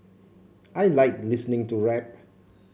I like listening to rap